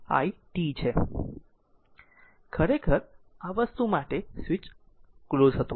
ખરેખર આ ખરેખર છે આ વસ્તુ માટે એક સ્વીચ ક્લોઝ હતું